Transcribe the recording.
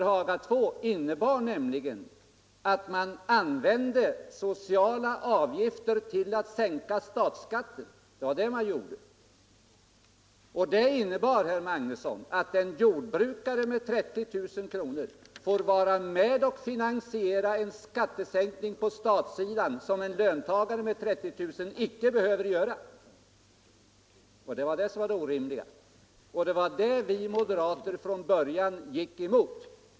Haga II innebar ju att man använde socialavgifter till att sänka statsskatten. Det betyder, herr Magnusson i Nennesholm, att en jordbrukare med 30 000 kr. i inkomst får vara med och finansiera en skattesänkning på statssidan, vilket en löntagare med 30 000 kr. icke behöver göra. Detta är det orimliga, och det är det som vi moderater från början gick emot.